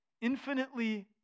infinitely